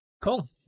Cool